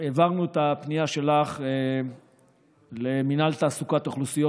העברנו את הפנייה שלך למינהל תעסוקת אוכלוסיות